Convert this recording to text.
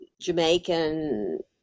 Jamaican